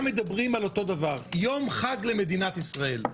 מדברים על אותו דבר יום חג למדינת ישראל.